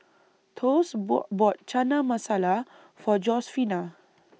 Thos bought bought Chana Masala For Josefina